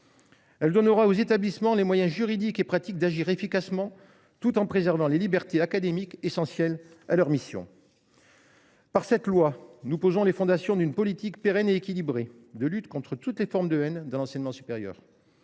Elle donnera aux établissements les moyens juridiques et pratiques d’agir efficacement tout en préservant les libertés académiques essentielles à l’accomplissement de leurs missions. Avec ce texte, nous posons donc les fondations d’une politique pérenne et équilibrée de lutte contre toutes les formes de haine dans l’enseignement supérieur.